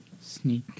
Sneak